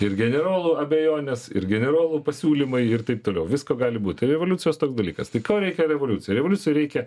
ir generolų abejonės ir generolų pasiūlymai ir taip toliau visko gali būt tai revoliucijos toks dalykas tai ko reikia revoliucijai revoliucijai reikia